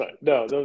no